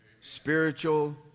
Spiritual